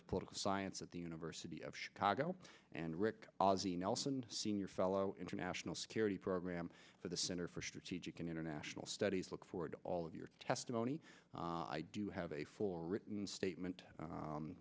of political science at the university of chicago and rick ozzie nelson senior fellow international security program for the center for strategic and international studies look forward to all of your testimony i do have a full written statement